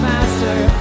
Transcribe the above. Master